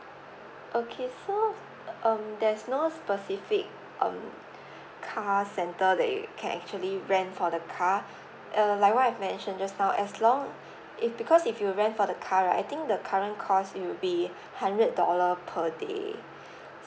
okay so um there's no specific um car centre that you can actually rent for the car err like what I've mentioned just now as long if because if you rent for the car right I think the current cost it will be hundred dollar per day